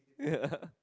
yeah